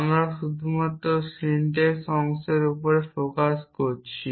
আমরা শুধুমাত্র সিনট্যাক্স অংশের উপর ফোকাস করেছি